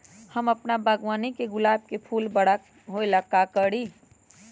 हम अपना बागवानी के गुलाब के फूल बारा होय ला का करी?